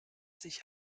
sich